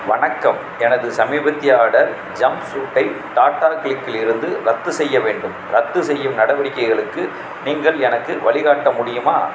வணக்கம் எனது சமீபத்திய ஆடர் ஜம்ப்சூட்டைப் டாடா க்ளிக்கிலிருந்து ரத்து செய்ய வேண்டும் ரத்துசெய்யும் நடவடிக்கைகளுக்கு நீங்கள் எனக்கு வழிகாட்ட முடியுமா